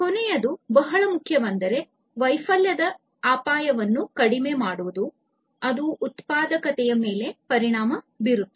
ಕೊನೆಯದು ಬಹಳ ಮುಖ್ಯವೆಂದರೆ ವೈಫಲ್ಯದ ಅಪಾಯವನ್ನು ಕಡಿಮೆ ಮಾಡುವುದು ಅದು ಉತ್ಪಾದಕತೆಯ ಮೇಲೆ ಪರಿಣಾಮ ಬೀರುತ್ತದೆ